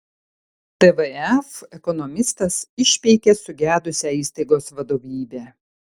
tvf ekonomistas išpeikė sugedusią įstaigos vadovybę